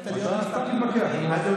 למה אתם מתכחשים למציאות?